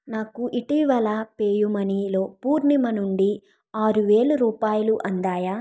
నాకు ఇటీవల పేయూ మనీలో పూర్ణిమ నుండి ఆరువేలు రూపాయలు అందాయా